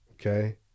Okay